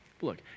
look